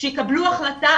שיקבלו החלטה,